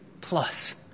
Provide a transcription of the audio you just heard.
plus